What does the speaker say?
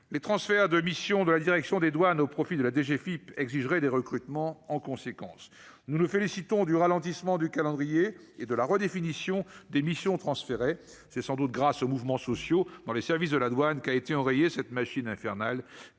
les transferts de mission de la Direction des douanes au profit de la DGFIP exigerait des recrutements, en conséquence nous nous félicitons du ralentissement du calendrier et de la redéfinition des missions transférées, c'est sans doute grâce aux mouvements sociaux dans les services de la douane qui a été enrayer cette machine infernale